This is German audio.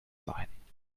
seien